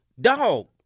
Dog